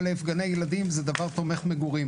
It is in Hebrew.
א', גני ילדים זה דבר תומך מגורים.